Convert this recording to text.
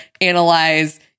analyze